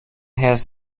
has